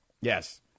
Yes